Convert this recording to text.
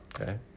Okay